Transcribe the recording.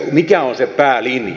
mikä on se päälinja